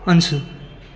Anshul